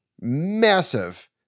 massive